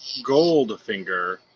Goldfinger